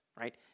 right